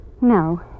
No